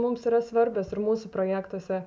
mums yra svarbios ir mūsų projektuose